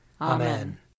Amen